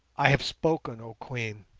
i have spoken, oh queen